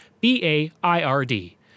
B-A-I-R-D